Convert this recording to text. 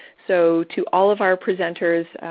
so, to all of our presenters,